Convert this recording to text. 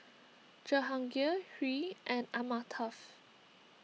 Jehangirr Hri and Amitabh